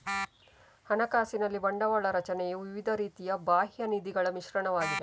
ಹಣಕಾಸಿನಲ್ಲಿ ಬಂಡವಾಳ ರಚನೆಯು ವಿವಿಧ ರೀತಿಯ ಬಾಹ್ಯ ನಿಧಿಗಳ ಮಿಶ್ರಣವಾಗಿದೆ